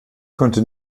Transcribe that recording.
konnte